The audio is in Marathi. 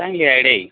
चांगली आयड्या